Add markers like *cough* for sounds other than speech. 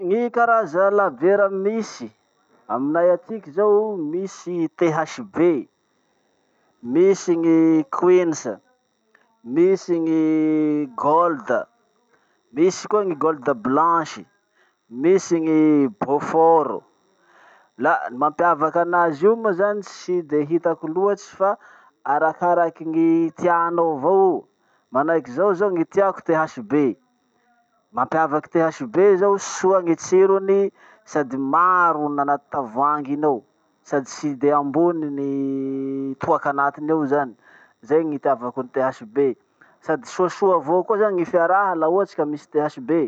*hesitation* Gny karaza labiera misy aminay atiky zao, misy THB, misy gny queens, misy gny gold, misy koa gny gold blanche, misy gny beaufort. La ny mampiavaky anazy io moa zany tsy de hitako loatsy fa arakaraky ny tianao avao io. Manahaky zaho zao ny tiako THB. Mampiavaky THB zao, soa ny tsirony, sady maro nanaty tavoangy iny ao. Sady tsy de ambony ny toaky anatiny ao zany. Zay ny itiavako ny THB. Sady soasoa avao koa zany ny fiaraha laha ohatsy ka misy THB.